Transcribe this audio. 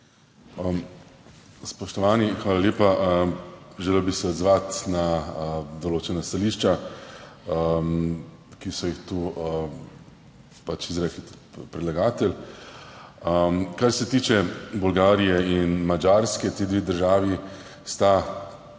Spoštovani, hvala lepa. Želel bi se odzvati na določena stališča, ki jih je tu izrekel predlagatelj. Kar se tiče Bolgarije in Madžarske, ti dve državi sta